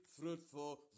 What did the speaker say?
fruitful